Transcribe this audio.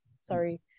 sorry